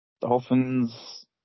Dolphins